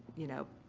you know,